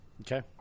Okay